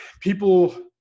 people